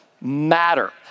matter